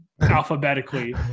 alphabetically